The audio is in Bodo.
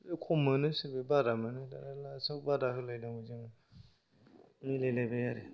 खम मोनो सोरबाया बारामोनो दाना लास्ट आव बादा होलायनांगौ जोङो मिलायलायबाय आरो